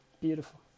beautiful